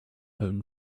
own